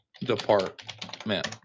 Department